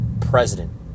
president